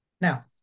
Now